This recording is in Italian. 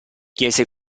chiese